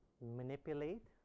manipulate